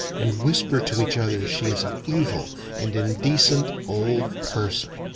and whisper to each other she is an evil and indecent old person.